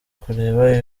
kureba